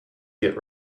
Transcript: git